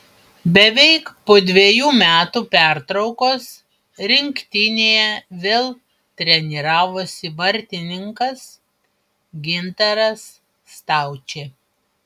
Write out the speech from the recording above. beveik po dvejų metų pertraukos rinktinėje vėl treniravosi vartininkas gintaras staučė